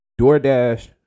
DoorDash